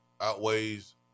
outweighs